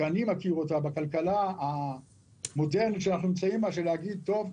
שאני מכיר אותה בכלכלה המודרנית להגיד: טוב,